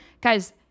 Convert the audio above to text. Guys